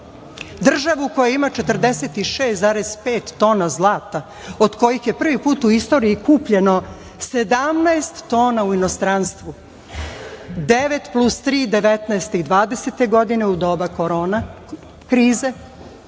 državu koja ima 46,5 tona zlata, od kojih je prvi put u istoriji kupljeno 17 tona u inostranstvu, devet plus tri 2019. i 2020. godine u doba korona krize